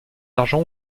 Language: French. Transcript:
argent